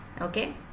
Okay